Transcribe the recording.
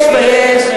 יש ויש.